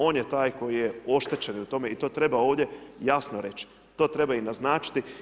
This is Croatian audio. On je taj koji je oštećen u tome i to treba ovdje jasno reći, to treba i naznačiti.